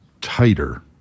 tighter